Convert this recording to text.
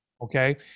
Okay